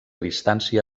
distància